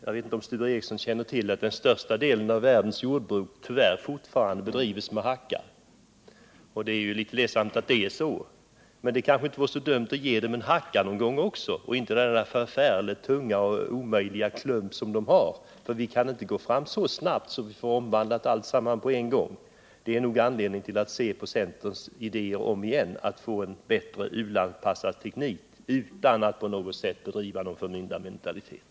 Jag vet inte om Sture Ericson känner till att den största delen av världens jordbruk tyvärr fortfarande bedrivs med hjälp av hacka. Även om det alltså är litet ledsamt att det är så, vore det kanske inte så dumt att också ge dem en hacka i stället för den förfärligt tunga ”klump” som de nu har. Vi kan nämligen inte gå fram alltför snabbt och ändra allting på en gång. Därför finns det anledning att närmare diskutera centerns idé om en bättre u-landsanpassad teknik. Det behöver inte betyda något slag av förmyndarmentalitet.